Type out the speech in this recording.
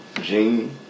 gene